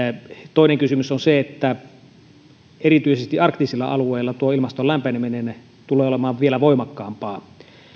toinen kysymys on se että erityisesti arktisilla alueilla ilmaston lämpeneminen tulee olemaan vielä voimakkaampaa